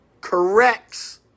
corrects